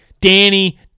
Danny